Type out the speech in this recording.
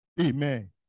Amen